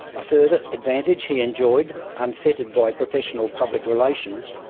a further advantage he enjoyed, unfettered by professional public relations,